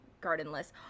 gardenless